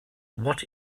what